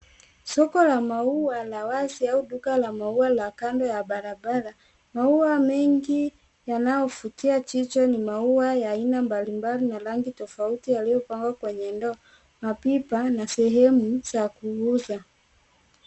Soko la maua la wazi au duka la kando ya barabara. Maua mengi yanaovutia jicho ni maua ya aina mbalimbali na rangi tofauti yaliyopangwa kwenye ndoo na pipa na sehemu za kuuza.